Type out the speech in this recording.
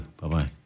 Bye-bye